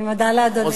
אני מודה לאדוני.